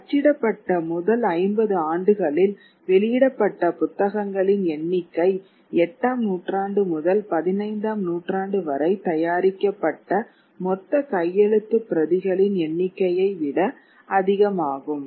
அச்சிடப்பட்ட முதல் 50 ஆண்டுகளில் வெளியிடப்பட்ட புத்தகங்களின் எண்ணிக்கை எட்டாம் நூற்றாண்டு முதல் பதினைந்தாம் நூற்றாண்டு வரை தயாரிக்கப்பட்ட மொத்த கையெழுத்துப் பிரதிகளின் எண்ணிக்கையை விட அதிகமாகும்